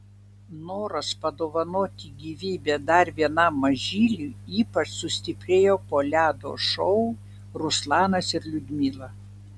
noras padovanoti gyvybę dar vienam mažyliui ypač sustiprėjo po ledo šou ruslanas ir liudmila